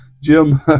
Jim